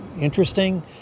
interesting